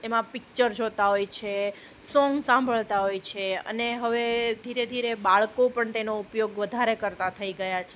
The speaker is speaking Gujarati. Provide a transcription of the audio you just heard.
એમાં પિક્ચર જોતાં હોય છે સોંગ સાંભળતા હોય છે અને હવે ધીરે ધીરે બાળકો પણ તેનો ઉપયોગ વધારે કરતાં થઈ ગયાં છે